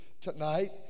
tonight